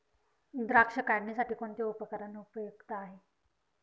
द्राक्ष काढणीसाठी कोणते उपकरण उपयुक्त आहे?